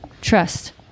trust